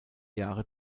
jahre